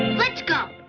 let's go.